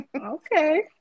Okay